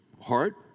heart